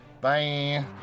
Bye